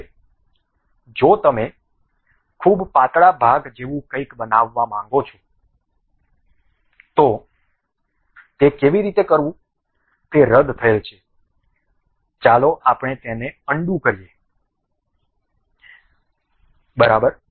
હવે જો તમે ખૂબ પાતળા ભાગ જેવું કંઈક બનાવવા માંગો છો તે કેવી રીતે કરવું તે રદ થયેલ છે ચાલો આપણે તેને અનડુ કરીએ બરાબર